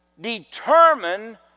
determine